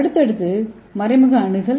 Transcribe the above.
அடுத்தது மறைமுக அணுகல்